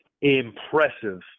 impressive